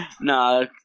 No